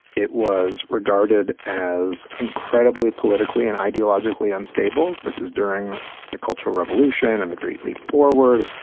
it was regarded as incredibly politically and ideologically unstable. this is during the cultural revolution and the great leap forward,